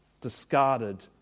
discarded